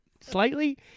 slightly